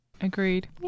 agreed